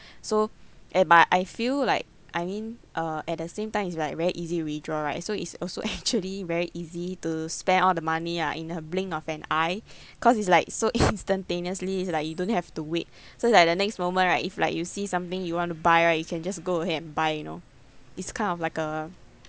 so and my I feel like I mean uh at the same time it's like very easy withdraw right so it's also actually very easy to spend all the money ah in a blink of an eye cause it's like so instantaneously like you don't have to wait so it's like the next moment right if like you see something you want to buy right you can just go ahead and buy you know it's kind of like a